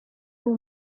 two